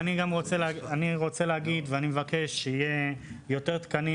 אני רוצה להגיד ואני מבקש שיהיו יותר תקנים